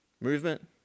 movement